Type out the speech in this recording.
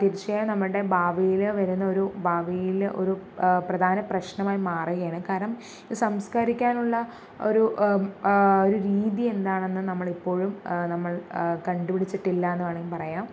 തീർച്ചയായും നമ്മളുടെ ഭാവിയിൽ വരുന്ന ഒരു ഭാവിയിൽ ഒരു പ്രധാന പ്രശ്നമായി മാറുകയാണ് കാരണം ഇത് സംസ്കരിക്കാനുള്ള ഒരു ഒരു രീതി എന്താണെന്ന് നമ്മളിപ്പോഴും നമ്മൾ കണ്ടുപിടിച്ചിട്ടില്ലെന്നു വേണെങ്കിൽ പറയാം